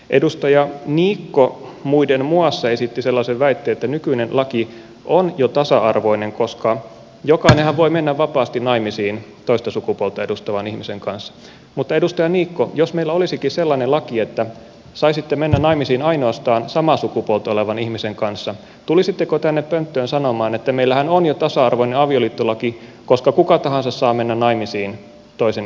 edustaja niikko muiden muassa esitti sellaisen väitteen että nykyinen laki on jo tasa arvoinen koska jokainenhan voi mennä vapaasti naimisiin toista sukupuolta edustavan ihmisen kanssa mutta edustaja niikko jos meillä olisikin sellainen laki että saisitte mennä naimisiin ainoastaan samaa sukupuolta olevan ihmisen kanssa tulisitteko tänne pönttöön sanomaan että meillähän on jo tasa arvoinen avioliittolaki koska kuka tahansa saa mennä naimisiin toisen ihmisen kanssa